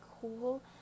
cool